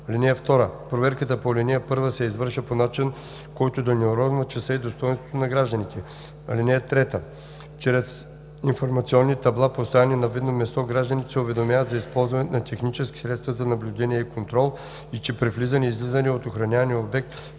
(2) Проверките по ал. 1 се извършват по начин, който да не уронва честта и достойнството на гражданите. (3) Чрез информационни табла, поставени на видно място, гражданите се уведомяват за използването на технически средства за наблюдение и контрол и че при влизане и излизане от охранявания обект